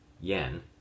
yen